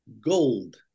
gold